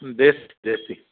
देसी देसी